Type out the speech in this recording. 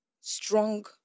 strong